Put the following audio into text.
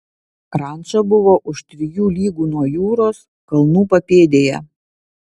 ranča buvo už trijų lygų nuo jūros kalnų papėdėje